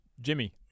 Jimmy